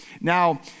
Now